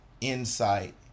insight